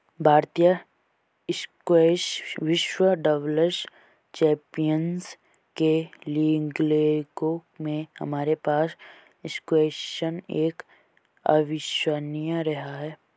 भारतीय स्क्वैश विश्व doubles championship के लिएग्लासगो में हमारे पास स्क्वैश एक अविश्वसनीय रहा है